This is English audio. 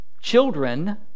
children